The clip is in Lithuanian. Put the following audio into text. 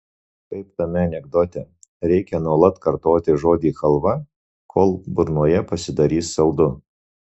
kaip tame anekdote reikia nuolat kartoti žodį chalva kol burnoje pasidarys saldu